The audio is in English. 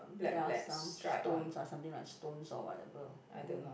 there are some stones ah something like stones or whatever